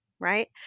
Right